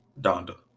Donda